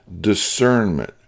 discernment